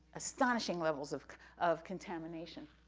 astonishing levels of of contamination.